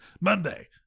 Monday